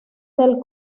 del